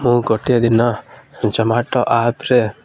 ମୁଁ ଗୋଟିଏ ଦିନ ଜମାଟୋ ଆପ୍ରେ